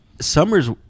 summer's